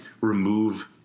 remove